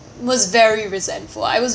was very resentful I was